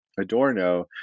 Adorno